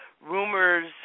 rumors